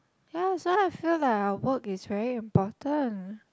ya so I feel like our work is very important